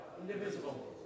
indivisible